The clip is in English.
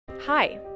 Hi